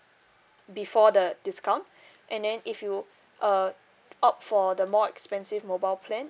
before the discount and then if you uh opt for the more expensive mobile plan